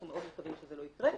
אנחנו מאוד מקווים שזה לא יקרה.